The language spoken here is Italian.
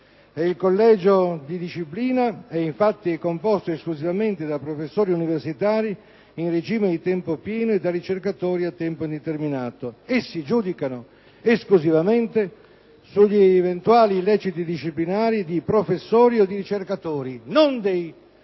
Il collegio di disciplina è infatti composto esclusivamente da professori universitari in regime di tempo pieno e da ricercatori a tempo indeterminato; essi giudicano esclusivamente sugli eventuali illeciti disciplinari di professori o di ricercatori, non degli